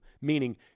Meaning